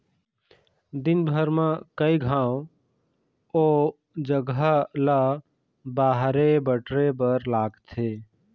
दिनभर म कइ घांव ओ जघा ल बाहरे बटरे बर लागथे